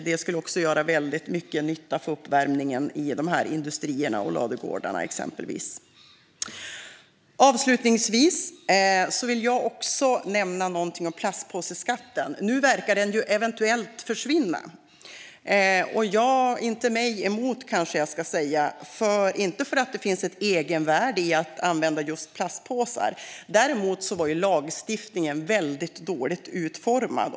Det skulle också göra väldigt mycket nytta för uppvärmningen i industrierna och ladugårdarna exempelvis. Avslutningsvis vill jag nämna någonting om platspåseskatten. Nu verkar den eventuellt försvinna. Inte mig emot, kanske jag ska säga. Det är inte för att det finns ett egenvärde i att använda just plastpåsar. Däremot var lagstiftningen väldigt dåligt utformad.